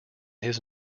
his